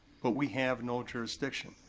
but we have no jurisdiction.